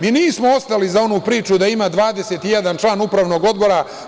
Mi nismo ostali za onu priču da ima 21 član Upravnog odbora.